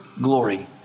glory